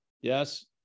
Yes